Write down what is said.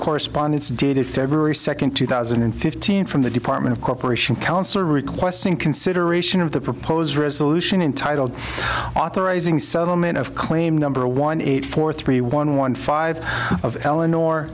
correspondence dated february second two thousand and fifteen from the department of cooperation council requesting consideration of the proposed resolution in title authorizing settlement of claim number one eight four three one one five of eleanor